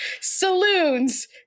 saloons